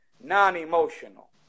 non-emotional